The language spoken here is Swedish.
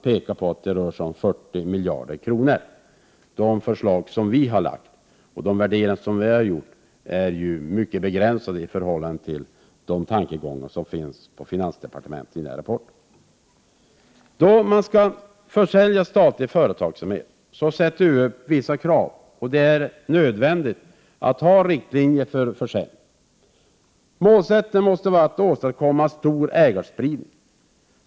Det talas om 40 miljarder kronor. De förslag som vi har lagt fram och de värderingar som vi har gjort är mycket begränsade i förhållande till de tankegångar som finns på finansdepartementet enligt den här rapporten. När det gäller försäljning av statlig företagsamhet ställer vi vissa krav, och det är nödvändigt att ha riktlinjer för försäljningen. För det första måste målet vara att åstadkomma stor ägarspridning.